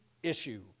Issue